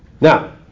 Now